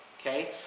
okay